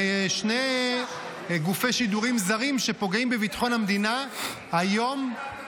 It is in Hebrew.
שני גופי שידורים זרים שפוגעים בביטחון המדינה היום --- תגיד לי,